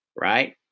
right